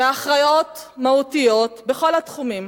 מהכרעות מהותיות בכל התחומים.